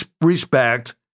respect